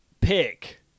pick